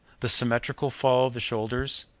the symmetrical fall of the shoulders,